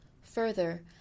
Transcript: Further